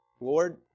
Lord